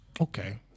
Okay